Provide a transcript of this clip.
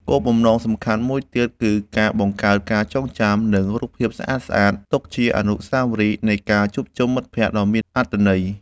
គោលបំណងសំខាន់មួយទៀតគឺការបង្កើតការចងចាំ និងរូបភាពស្អាតៗទុកជាអនុស្សាវរីយ៍នៃការជួបជុំមិត្តភក្តិដ៏មានអត្ថន័យ។